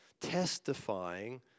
testifying